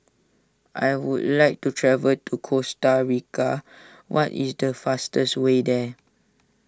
I would like to travel to Costa Rica what is the fastest way there